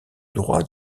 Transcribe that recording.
droit